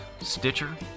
Stitcher